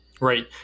Right